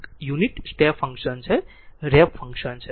તેથી આ એક યુનિટ સ્ટેપ છે રેમ્પ ફંક્શન છે